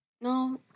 No